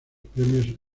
premios